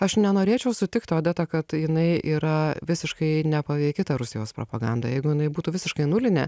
aš nenorėčiau sutikti odeta kad jinai yra visiškai nepaveiki rusijos propaganda jeigu jinai būtų visiškai nulinė